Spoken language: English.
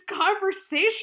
conversation